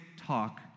talk